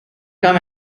come